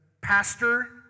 pastor